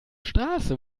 straße